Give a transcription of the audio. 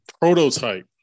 prototype